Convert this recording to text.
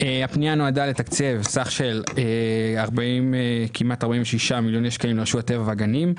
הפנייה נועדה לתקצב סך של כמעט 46 מיליון שקל לרשות הטבע והגנים.